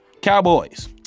Cowboys